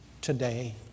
today